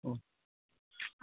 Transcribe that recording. अ